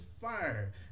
fire